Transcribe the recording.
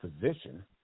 position